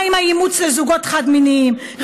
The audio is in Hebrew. מה עם האימוץ לזוגות חד-מיניים?